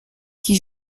qui